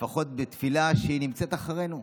לפחות בתפילה, היא נמצאת מאחורינו.